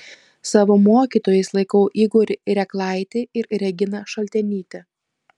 savo mokytojais laikau igorį reklaitį ir reginą šaltenytę